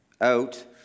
out